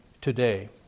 today